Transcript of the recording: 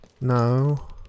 No